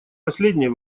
последнее